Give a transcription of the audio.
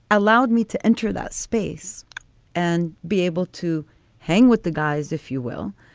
allowed me to enter that space and be able to hang with the guys, if you will.